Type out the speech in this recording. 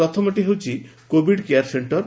ପ୍ରଥମଟି ହେଉଛି Covid care centre